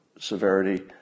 severity